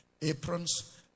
aprons